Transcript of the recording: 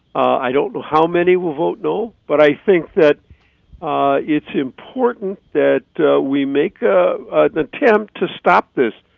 i don't know how many will vote no, but i think that it's important that we make ah an attempt to stop this.